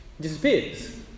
disappears